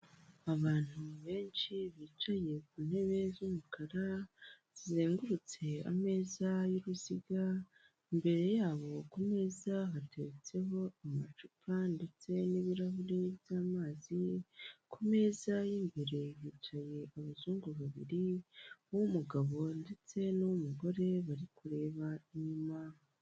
Abantu benshi bicaye ku ntebe z'umukara zizengurutse ameza y'uruziga imbere yabo kumeza hatetseho amacupa ndetse n'ibirahuri by'amazi ku meza y'imbere hicaye abazungu babiri b'umugabo ndetse umugore bari kureba inyuma.